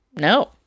No